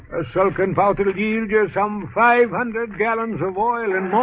a sulk and pout revealed you some five hundred gallons of oil and